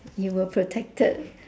you were protected